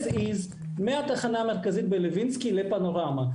as is, מהתחנה המרכזית בלוינסקי לפנורמה.